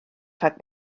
rhag